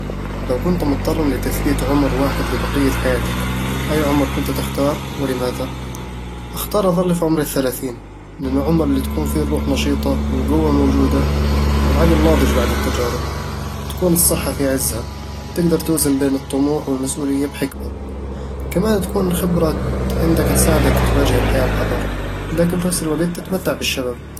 لو كنتَ مضطرًا لتثبيت عُمر واحد لبقية حياتك، أي عُمر كنت تختار، ولماذا؟ أختار أظل في عمر الثلاثين، لأنه العمر اللي تكون فيه الروح نشيطة والقوة موجودة والعقل ناضج بعد التجارب تكون الصحة في عزها، وتقدر توزن بين الطموح والمسؤولية بحكمة كمان تكون الخبرة عندك تساعدك تواجه الحياة بحذر، لكن بنفس الوقت تتمتع بالشباب